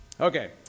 Okay